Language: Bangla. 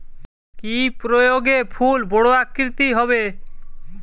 কি প্রয়োগে ফুল বড় আকৃতি হবে?